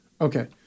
Okay